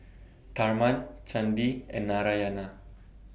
Tharman Chandi and Narayana